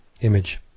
image